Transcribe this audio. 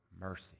Mercy